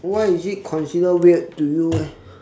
why is it considered weird to you eh